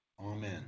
amen